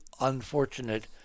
unfortunate